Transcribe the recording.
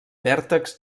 vèrtex